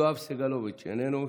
יואב סגלוביץ' איננו,